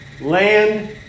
land